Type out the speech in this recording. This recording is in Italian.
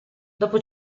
dopo